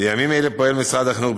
בימים אלה פועל משרד החינוך,